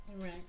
right